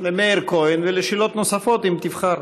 למאיר כהן, ולשאלות נוספות, אם תבחר.